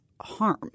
harm